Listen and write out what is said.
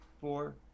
four